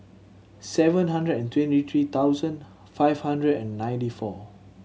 seven hundred and twenty three thousand five hundred and ninety four